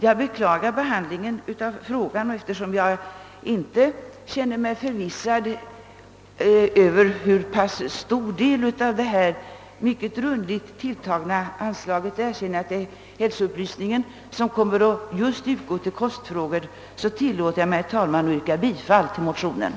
Jag beklagar behandlingen av ärendet, och eftersom jag inte känner mig förvissad om hur stor del av det rundligt tilltagna anslaget till hälsovårdsupplys ning som kommer att gå till kostupplysningen, tillåter jag mig, herr talman, att yrka bifall till motionerna. '